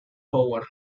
howard